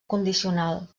condicional